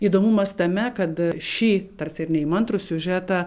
įdomumas tame kad šį tarsi ir neįmantrų siužetą